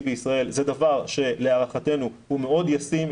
בישראל זה דבר שלהערכתנו הוא מאוד ישים,